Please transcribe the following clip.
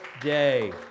day